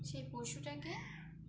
সেই পশুটাকে